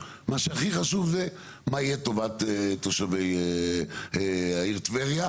מה שהכי חשוב זה מה יהיה טובת תושבי העיר טבריה,